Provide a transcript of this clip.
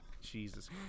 Jesus